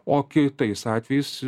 o kitais atvejais